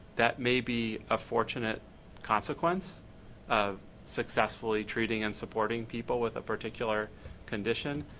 that maybe a fortunate consequence of successfully treating and supporting people with a particular condition.